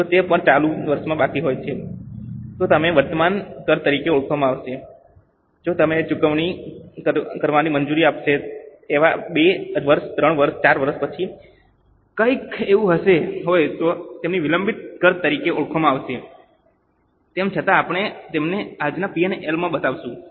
જો તે કર ચાલુ વર્ષમાં બાકી હોય તો તેને વર્તમાન કર તરીકે ઓળખવામાં આવશે જો તેમને ચૂકવણી કરવાની મંજૂરી આપવામાં આવે અને 2 વર્ષ 3 વર્ષ 4 વર્ષ પછી કંઈક એવું હોય તો તેમને વિલંબિત કર તરીકે ઓળખવામાં આવશે તેમ છતાં આપણે તેમને આજના P અને L માં બતાવીએ છીએ